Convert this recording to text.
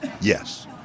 yes